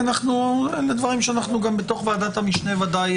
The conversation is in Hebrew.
אלה דברים שגם בתוך ועדת המשנה ודאי